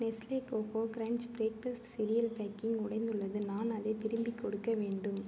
Nestle Koko Krunch breakfast cereal packing உடைந்துள்ளது நான் அதைத் திரும்பிக் கொடுக்க வேண்டும்